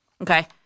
okay